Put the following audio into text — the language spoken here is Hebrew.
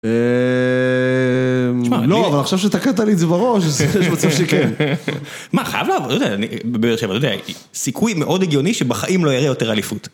אהההה... לא, אבל עכשיו שתקעת לי את זה בראש יש מצב שכן. מה, חייב לה... אני לא יודע, זה סיכוי מאוד הגיוני שבחיים לא יראה יותר אליפות.